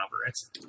operates